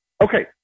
Okay